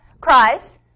cries